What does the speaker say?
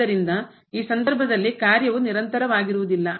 ಆದ್ದರಿಂದ ಈ ಸಂದರ್ಭದಲ್ಲಿ ಕಾರ್ಯವು ನಿರಂತರವಾಗಿರುವುದಿಲ್ಲ